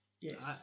yes